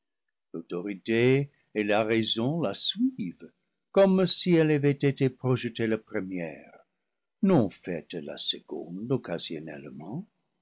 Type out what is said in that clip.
l'autorité et la raison la suivent comme si elle avait été projetée la pre mière non faite la seconde